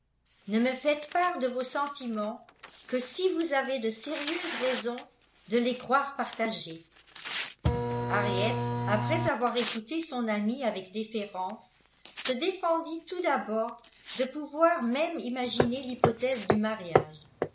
ne me faites part de vos sentiments que si vous avez de sérieuses raisons de les croire partagés henriette après avoir écouté son amie avec déférence se défendit tout d'abord de pouvoir même imaginer l'hypothèse du mariage